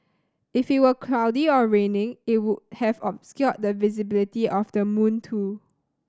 if it were cloudy or raining it would have obscured the visibility of the moon too